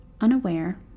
Unaware